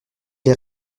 les